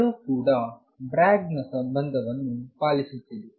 ಎರಡು ಕೂಡ ಬ್ರ್ಯಾಗ್ ನ ಸಂಬಂಧವನ್ನು ಪಾಲಿಸುತ್ತಿದೆ